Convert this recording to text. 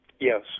Yes